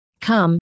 Come